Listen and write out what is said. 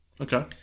Okay